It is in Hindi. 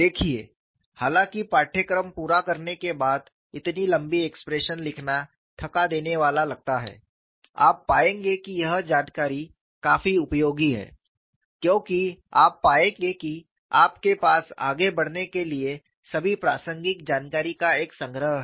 देखिए हालांकि पाठ्यक्रम पूरा करने के बाद इतनी लंबी एक्सप्रेशन लिखना थका देने वाला लगता है आप पाएंगे कि यह जानकारी काफी उपयोगी है क्योंकि आप पाएंगे कि आपके पास आगे बढ़ने के लिए सभी प्रासंगिक जानकारी का एक संग्रह है